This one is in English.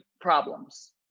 problems